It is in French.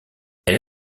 elle